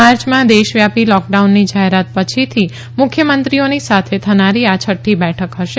માર્ચમાં દેશવ્યાપી લોકડાઉનની જાહેરાત પછીથી મુખ્યમંત્રીઓની સાથે થનારી આ છઠ્ઠી બેઠક હશે